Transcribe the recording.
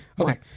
okay